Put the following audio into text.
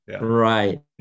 Right